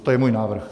To je můj návrh.